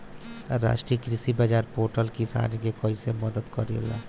राष्ट्रीय कृषि बाजार पोर्टल किसान के कइसे मदद करेला?